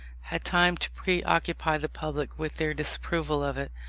had time to pre-occupy the public with their disapproval of it,